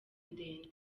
ndende